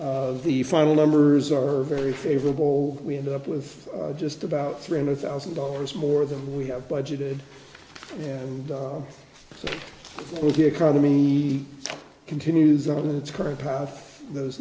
the final numbers are very favorable we ended up with just about three hundred thousand dollars more than we have budgeted and the economy continues on its current path those